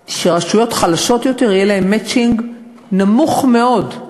הכיוון שרשויות חלשות יותר יהיה להן מצ'ינג נמוך מאוד,